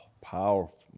Powerful